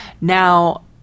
Now